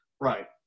Right